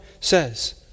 says